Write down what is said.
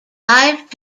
five